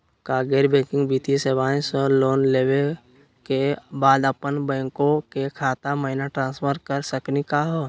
का गैर बैंकिंग वित्तीय सेवाएं स लोन लेवै के बाद अपन बैंको के खाता महिना ट्रांसफर कर सकनी का हो?